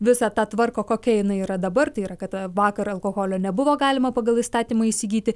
visą tą tvarką kokia jinai yra dabar tai yra kad ta vakar alkoholio nebuvo galima pagal įstatymą įsigyti